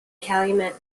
calumet